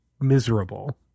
miserable